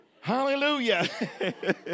Hallelujah